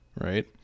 right